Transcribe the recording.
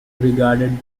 regarded